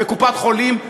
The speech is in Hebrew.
בקופת-חולים,